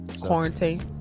Quarantine